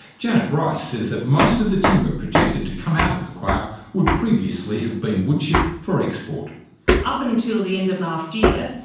janet rice says that most of the timber projected to come out of the kuark would previously have been woodchipped for exportjanet up until the end of last year,